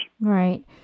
Right